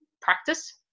practice